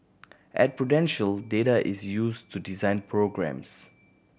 at Prudential data is used to design programmes